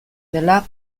dela